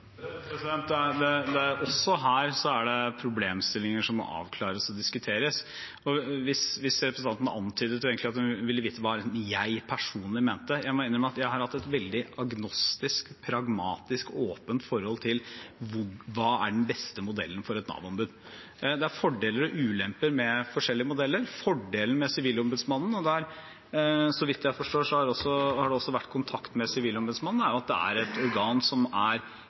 Også her er det problemstillinger som må avklares og diskuteres. Representanten antydet egentlig at hun ville vite hva jeg personlig mente. Jeg må innrømme at jeg har hatt et veldig agnostisk, pragmatisk og åpent forhold til hva som er den beste modellen for et Nav-ombud. Det er fordeler og ulemper med forskjellige modeller. Fordelen med Sivilombudsmannen – og så vidt jeg forstår har det også vært kontakt med Sivilombudsmannen – er at det er et organ som er